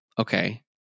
Okay